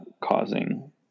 causing